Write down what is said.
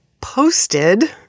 posted